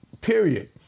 period